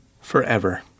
Forever